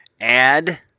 add